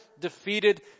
defeated